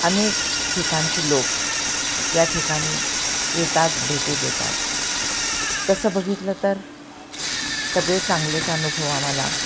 अनेक ठिकणचे लोक या ठिकाणी येतात भेटी देतात तसं बघितलं तर सगळे चांगलेच अनुभव आम्हाला